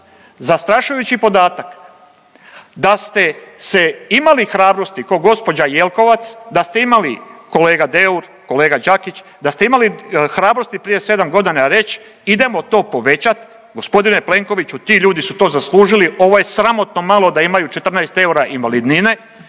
zastrašujući podatak. Da ste se imali hrabrosti ko gđa. Jelkovac, da ste imali kolega Deur, kolega Đakić, da ste imali hrabrosti prije 7.g. reć idemo to povećat, g. Plenkoviću ti ljudi su to zaslužili, ovo je sramotno malo da imaju 14 eura invalidnine,